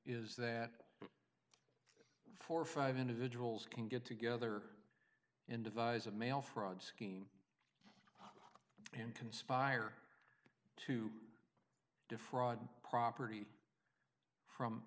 is that four or five individuals can get together and devise a mail fraud scheme and conspire to defraud property from